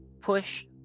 Push